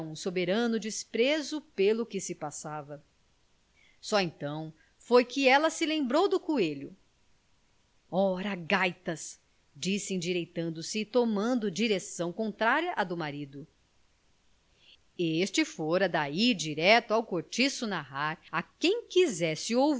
soberano desprezo pelo que se passava só então foi que ela se lembrou do coelho ora gaitas disse endireitando se e tomando direção contrária à do marido este fora ai direito ao cortiço narrar a quem quisesse